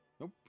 Nope